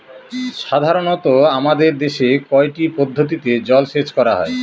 সাধারনত আমাদের দেশে কয়টি পদ্ধতিতে জলসেচ করা হয়?